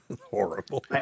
Horrible